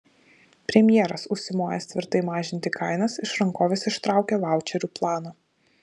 premjeras užsimojęs tvirtai mažinti kainas iš rankovės ištraukė vaučerių planą